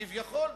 כביכול,